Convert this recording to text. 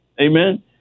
Amen